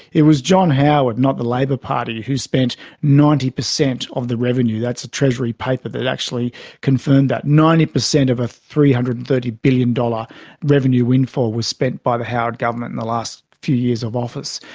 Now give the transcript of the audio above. it was john howard is not the labor party who spent ninety percent of the revenue, that's a treasury paper that actually confirmed that ninety percent of a three hundred and thirty billion dollars revenue windfall windfall was spent by the howard government in the last few years of office.